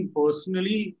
personally